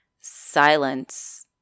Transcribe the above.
silence